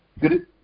Good